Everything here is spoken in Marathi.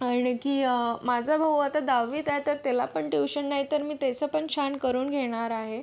आणखी माझा भाऊ आता दहावीत आहे तर त्याला पण ट्युशण नाही तर मी त्याचं पण छान करून घेणार आहे